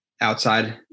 outside